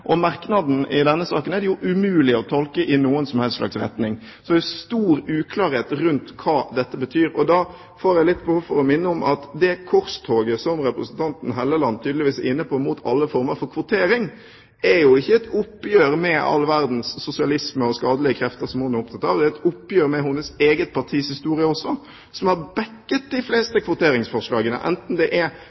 det. Merknaden i denne saken er umulig å tolke i noen som helst retning, så det er stor uklarhet rundt hva dette betyr. Da får jeg litt behov for å minne om at det korstoget som representanten Hofstad Helleland tydeligvis er inne på mot alle former for kvotering, ikke er et oppgjør med all verdens sosialisme og skadelige krefter som hun er opptatt av. Det er et oppgjør også med hennes eget partis historie, som har bakket opp de fleste kvoteringsforslagene – enten det